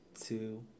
Two